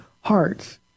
hearts